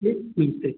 ठीक ठीक ठीक